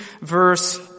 verse